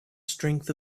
strength